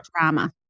drama